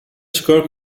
چیکار